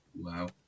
Wow